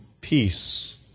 peace